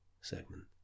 segment